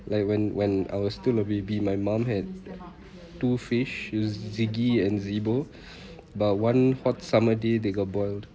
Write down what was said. like when when I was still a baby my mum had two fish it was ziggy and zabel but one hot summer day they got boiled